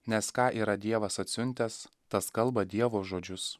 nes ką yra dievas atsiuntęs tas kalba dievo žodžius